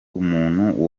umuntu